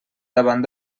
davant